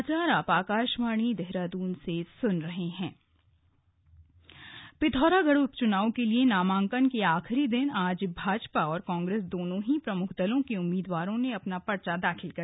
नामांकन पिथौरागढ़ पिथौरागढ़ उपचुनाव के लिए नामांकन के आखिरी दिन आज भाजपा और कांग्रेस दोनों ही प्रमुख दलों के उम्मीदवारों ने अपना पर्चा दाखिल किया